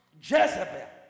Jezebel